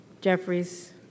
Jeffries